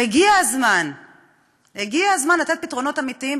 הגיע הזמן לתת פתרונות אמיתיים,